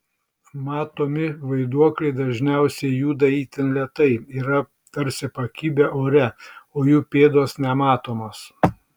matomi vaiduokliai dažniausiai juda itin lėtai yra tarsi pakibę ore o jų pėdos nematomos